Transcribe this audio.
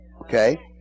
Okay